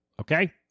okay